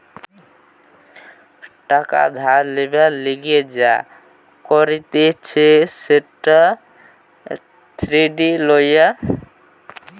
টাকা ধার লিবার লিগে যা করতিছে সেটা ক্রেডিট লওয়া